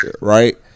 right